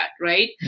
right